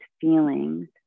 feelings